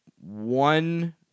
one